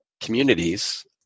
communities